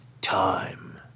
time